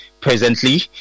Presently